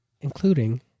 including